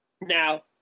Now